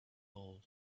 hole